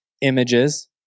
images